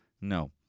no